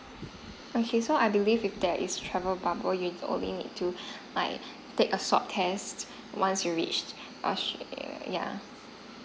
okay so I believe if that is travel bubble you only need to err take a swab test once you reached australia yeah